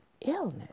illness